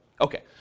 Okay